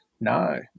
no